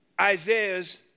Isaiah's